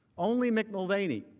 only mick mulvaney,